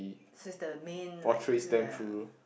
is the main like ya